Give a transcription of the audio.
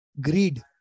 greed